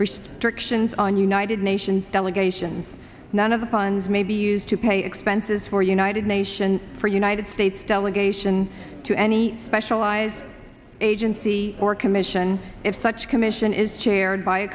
restrictions on united nations delegations none of the funds may be used to pay expenses for united nations for united states delegation to any specialized agency or commission if such a commission is chaired by a